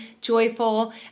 joyful